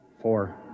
Four